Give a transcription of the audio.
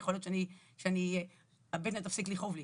יכול להיות שהבטן תפסיק לכאוב לי.